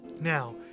now